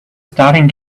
starting